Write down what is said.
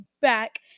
back